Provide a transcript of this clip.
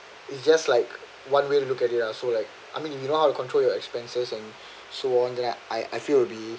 it's just like one way to look at it lah so like I mean you know how to control your expenses and so on that I I feel it'd be